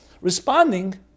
responding